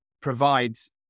provides